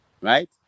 Right